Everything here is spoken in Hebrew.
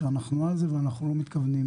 שאנחנו על זה ואנחנו לא מתכוונים